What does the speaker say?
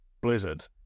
Blizzard